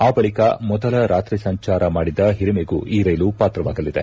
ಆ ಬಳಿಕ ಮೊದಲ ರಾತ್ರಿ ಸಂಚಾರ ಮಾಡಿದ ಹಿರಿಮೆಗೂ ಈ ರೈಲು ಪಾತ್ರವಾಗಲಿದೆ